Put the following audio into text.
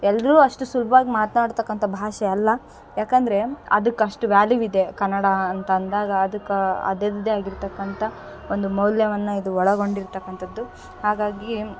ಎಲ್ಲರೂ ಅಷ್ಟು ಸುಲಭವಾಗ್ ಮಾತನಾಡತಕ್ಕಂಥ ಭಾಷೆ ಅಲ್ಲ ಯಾಕಂದರೆ ಅದುಕ್ಕೆ ಅಷ್ಟು ವ್ಯಾಲ್ಯೂವಿದೆ ಕನ್ನಡ ಅಂತ ಅಂದಾಗ ಅದಕ್ಕೆ ಅದಿಲ್ಲದೆ ಆಗಿರ್ತಕ್ಕಂಥ ಒಂದು ಮೌಲ್ಯವನ್ನು ಇದು ಒಳಗೊಂಡಿರ್ತಕ್ಕಂಥದ್ದು ಹಾಗಾಗಿ